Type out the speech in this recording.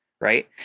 right